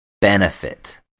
benefit